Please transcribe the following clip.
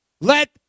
Let